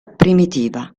primitiva